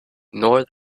nor